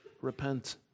repent